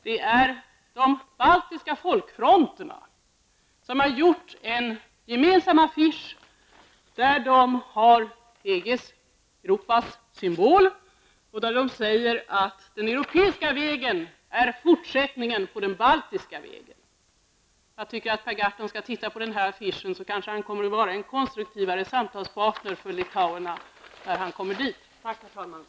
De baltiska folkfronterna har gjort en gemensam affisch, där EGs och Europas symbol finns med och där det står skrivet att den europeiska vägen är fortsättningen på den baltiska vägen. Jag tycker att Per Gahrton skall se på den här affischen. Sedan kommer han kanske att vara en konstruktivare samtalspartner för litauerna när han kommer till Litauen. Tack, herr talman!